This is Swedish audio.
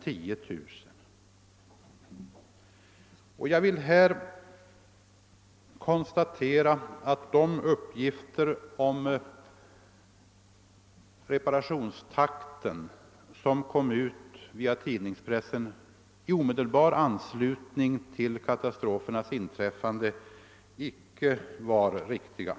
Jag vill i detta sammanhang konsta tera att de uppgifter om reparationstakten, som framkom genom tidningspressen i omedelbar anslutning till katastrofernas inträffande, inte var riktiga.